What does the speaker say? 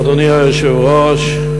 אדוני היושב-ראש,